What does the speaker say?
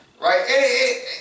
Right